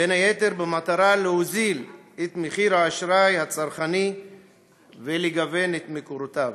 בין היתר במטרה להוזיל את האשראי הצרכני ולגוון את מקורותיו.